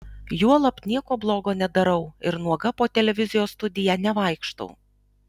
juolab nieko blogo nedarau ir nuoga po televizijos studiją nevaikštau